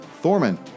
Thorman